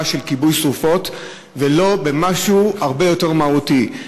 של כיבוי שרפות ולא במשהו הרבה יותר מהותי.